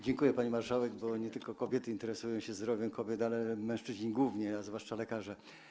Dziękuję, pani marszałek, bo nie tylko kobiety interesują się zdrowiem kobiet, ale mężczyźni głównie, a zwłaszcza lekarze.